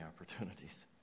opportunities